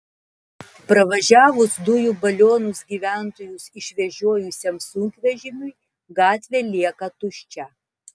pravažiavus dujų balionus gyventojus išvežiojusiam sunkvežimiui gatvė lieka tuščia